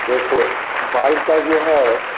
जैसे बाल का जो है